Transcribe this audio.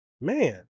man